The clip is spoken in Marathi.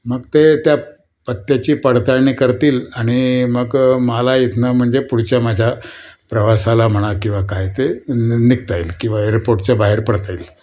मग ते त्या पत्त्याची पडताळणी करतील आणि मग मला इथनं म्हणजे पुढच्या माझ्या प्रवासाला म्हणा किंवा काय ते निघता येईल किंवा एरपोर्टच्या बाहेर पडता येईल